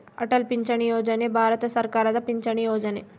ಅಟಲ್ ಪಿಂಚಣಿ ಯೋಜನೆ ಭಾರತ ಸರ್ಕಾರದ ಪಿಂಚಣಿ ಯೊಜನೆ